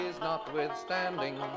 notwithstanding